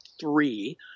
three